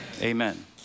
Amen